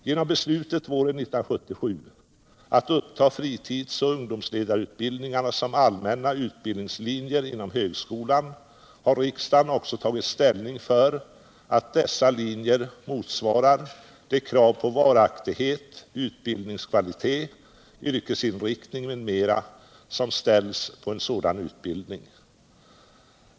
Genom beslutet våren 1977 att uppta fritidsoch ungdomsledarutbildningarna som allmänna utbildningslinjer inom högskolan har riksdagen också tagit ställning för att dessa linjer motsvarar de krav på varaktighet, utbildningskvalitet, yrkesinriktning m.m. som ställs på en sådan utbildning.